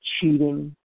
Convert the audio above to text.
cheating